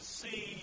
see